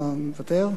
אתה מוותר?